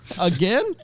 Again